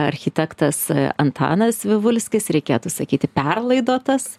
architektas antanas vivulskis reikėtų sakyti perlaidotas